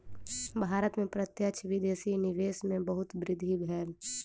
भारत में प्रत्यक्ष विदेशी निवेश में बहुत वृद्धि भेल